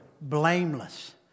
blameless